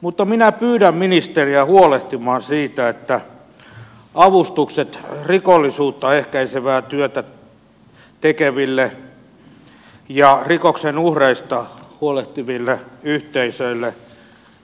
mutta minä pyydän ministeriä huolehtimaan avustuksista rikollisuutta ehkäisevää työtä tekeville ja rikoksen uhreista huolehtiville yhteisöille